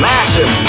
Massive